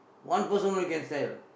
one person only can stand